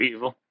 Evil